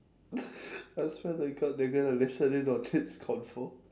I swear to god they're gonna listen in on this convo